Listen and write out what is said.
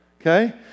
Okay